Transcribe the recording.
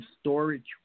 storage